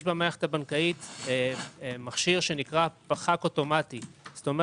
יש במערכת הבנקאית מכשיר שנקרא פח"ק אוטומטי כלומר